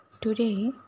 Today